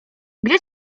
gdzie